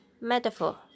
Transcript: Metaphor